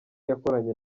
yakoranye